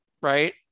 right